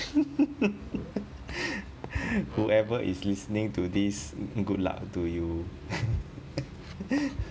whoever is listening to this good luck to you